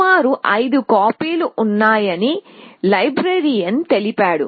సుమారు 5 కాపీలు ఉన్నాయి అని లైబ్రేరియన్ తెలిపాడు